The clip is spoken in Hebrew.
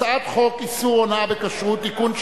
הצעת חוק איסור הונאה בכשרות (תיקון,